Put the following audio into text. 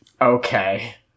Okay